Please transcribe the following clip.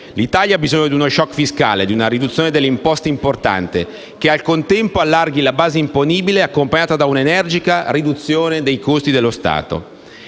L'Italia ha bisogno di uno *shock* fiscale, di una riduzione delle imposte importante, che al contempo allarghi la base imponibile, accompagnata da una energica riduzione del costo dello Stato.